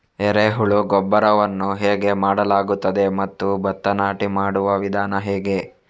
ಎರೆಹುಳು ಗೊಬ್ಬರವನ್ನು ಹೇಗೆ ಮಾಡಲಾಗುತ್ತದೆ ಮತ್ತು ಭತ್ತ ನಾಟಿ ಮಾಡುವ ವಿಧಾನ ಹೇಗೆ?